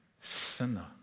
sinner